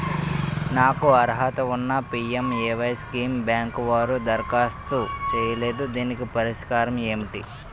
నాకు అర్హత ఉన్నా పి.ఎం.ఎ.వై స్కీమ్ బ్యాంకు వారు దరఖాస్తు చేయలేదు దీనికి పరిష్కారం ఏమిటి?